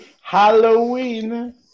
Halloween